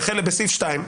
בסעיף (2).